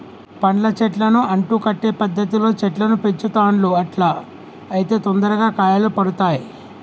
పండ్ల చెట్లను అంటు కట్టే పద్ధతిలో చెట్లను పెంచుతాండ్లు అట్లా అయితే తొందరగా కాయలు పడుతాయ్